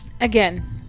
Again